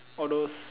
all those